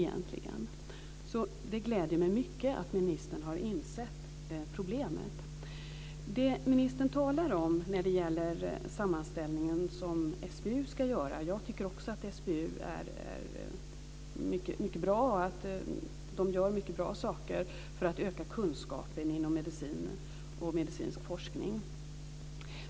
Det gläder mig alltså mycket att ministern har insett problemet. Ministern talar om den sammanställning som SBU ska göra. Jag tycker också att SBU gör många bra saker för att öka kunskapen inom medicinen och medicinsk forskning.